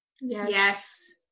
yes